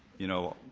you know,